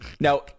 now